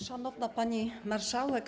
Szanowna Pani Marszałek!